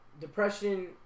depression